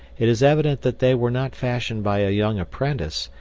it is evident that they were not fashioned by a young apprentice,